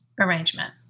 arrangement